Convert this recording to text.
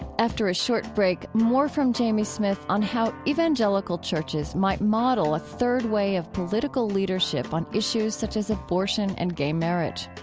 after a short break, more from jamie smith on how evangelical churches might model a third way of political leadership on issues such as abortion and gay marriage.